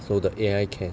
so the A_I can